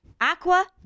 Aqua